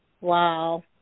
wow